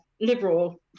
liberal